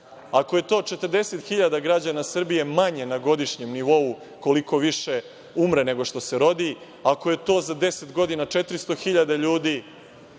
ako je to 40.000 građana Srbije manje na godišnjem nivou koliko više umre, nego što se rodi, ako je to za deset godina 400.000 ljudi,